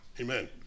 Amen